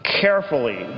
carefully